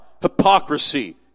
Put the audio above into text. hypocrisy